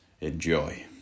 enjoy